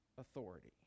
authority